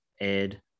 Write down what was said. Ed